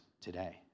today